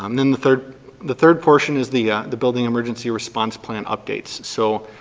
um then the third the third portion is the the building emergency response plan updates. so,